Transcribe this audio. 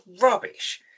rubbish